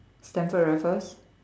Stamford-Raffles